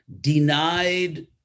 denied